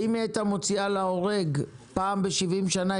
שאם היא הייתה מוציאה להורג פעם ב-70 שנה,